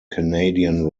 canadian